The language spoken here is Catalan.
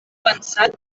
pensat